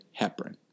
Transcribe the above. heparin